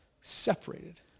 separated